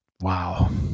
wow